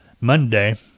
Monday